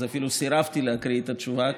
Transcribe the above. אפילו סירבתי להקריא את התשובה,